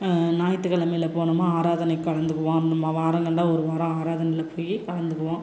ஞாயிற்றுகிழமைல போனோமா ஆராதனைக் கலந்துக்குவோம் வாரம் வந்தா ஒரு வார ஆராதனையில போய் கலந்துக்குவோம்